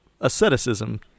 asceticism